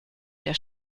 der